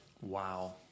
Wow